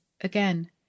Again